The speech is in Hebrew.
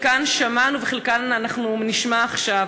חלקן שמענו וחלקן אנחנו נשמע עכשיו.